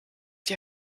die